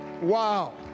Wow